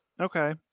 Okay